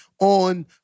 on